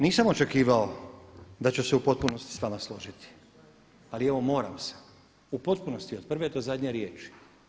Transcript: Nisam očekivao da ću se u potpunosti s vama složiti, ali evo moram se u potpunosti od prve do zadnje riječi.